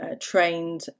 trained